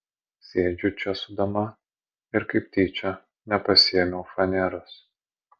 sėdžiu čia su dama ir kaip tyčia nepasiėmiau faneros